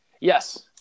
Yes